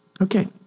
Okay